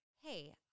hey